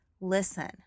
listen